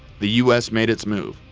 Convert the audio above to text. the us made its move.